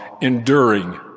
enduring